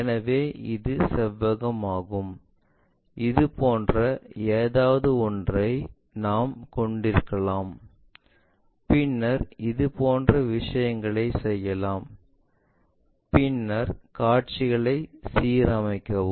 எனவே இது செவ்வகமாகும் இது போன்ற ஏதாவது ஒன்றை நாம் கொண்டிருக்கலாம் பின்னர் இதுபோன்ற விஷயங்களைச் செய்யலாம் பின்னர் காட்சிகளை சீரமைக்கவும்